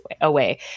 away